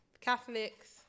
Catholics